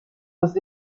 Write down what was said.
was